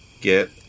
get